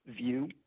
view